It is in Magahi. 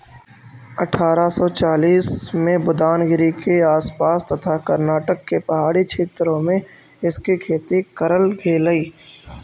अठारा सौ चालीस में बुदानगिरी के आस पास तथा कर्नाटक के पहाड़ी क्षेत्रों में इसकी खेती करल गेलई